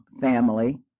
family